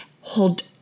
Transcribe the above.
hold